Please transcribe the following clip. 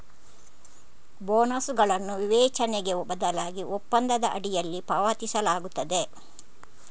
ಬೋನಸುಗಳನ್ನು ವಿವೇಚನೆಗೆ ಬದಲಾಗಿ ಒಪ್ಪಂದದ ಅಡಿಯಲ್ಲಿ ಪಾವತಿಸಲಾಗುತ್ತದೆ